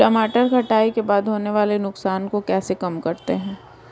टमाटर कटाई के बाद होने वाले नुकसान को कैसे कम करते हैं?